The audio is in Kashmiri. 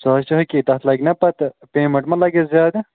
سُہ حظ چھِ حقیٖق تَتھ لَگہِ نا پتہٕ پیمٮ۪نٛٹ ما لَگیٚس زیادٕ